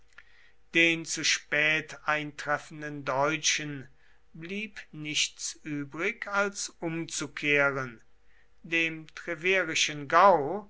den zu spät eintreffenden deutschen blieb nichts übrig als umzukehren dem treverischen gau